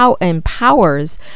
empowers